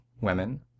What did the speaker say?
women